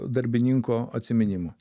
darbininko atsiminimų